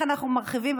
איך אנחנו מרחיבים?